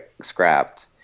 scrapped